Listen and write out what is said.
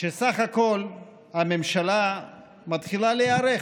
שבסך הכול הממשלה מתחילה להיערך.